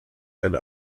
and